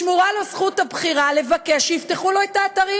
שמורה לו זכות הבחירה לבקש שיפתחו לו את האתרים.